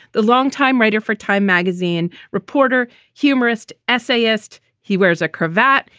the longtime writer for time magazine, reporter, humorist, essayist. he wears a cravat.